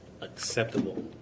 acceptable